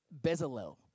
Bezalel